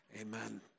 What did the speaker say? Amen